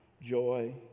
joy